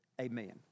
Amen